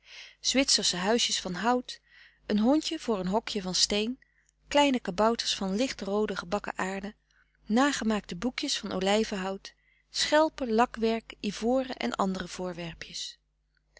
zwitsersche huisjes van hout een hondje voor een hokje van steen kleine kabouters van lichtroode gebakken aarde nagemaakte boekjes van olijvenhout schelpen lakwerk ivoren en andere voorwerpjes